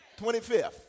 25th